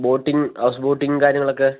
boating house boating കാര്യങ്ങളൊക്കെ